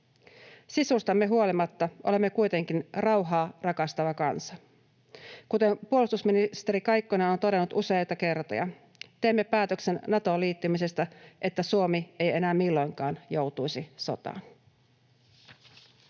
Sisustamme huolimatta olemme kuitenkin rauhaa rakastava kansa. Kuten puolustusministeri Kaikkonen on todennut useita kertoja, teemme päätöksen Natoon liittymisestä, että Suomi ei enää milloinkaan joutuisi sotaan.